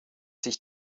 sich